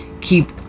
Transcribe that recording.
keep